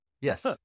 Yes